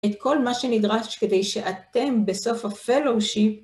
את כל מה שנדרש כדי שאתם בסוף ה-Fellowship